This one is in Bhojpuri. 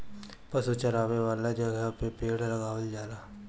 पशु चरावे वाला जगहे पे पेड़ लगावल जाला